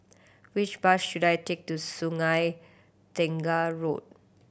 which bus should I take to Sungei Tengah Road